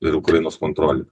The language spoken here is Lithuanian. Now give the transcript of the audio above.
ir ukrainos kontrole